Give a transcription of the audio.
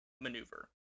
maneuver